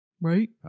Right